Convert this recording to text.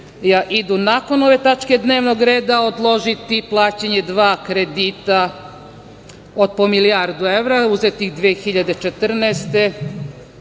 idu nakon ove tačke dnevnog reda odložiti plaćanje dva kredita od po milijardu evra, uzeti 2014.